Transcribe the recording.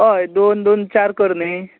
हय दोन दोन चार कर न्ही